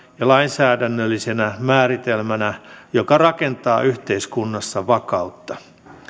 ja lainsäädännöllisenä määritelmänä joka rakentaa yhteiskunnassa vakautta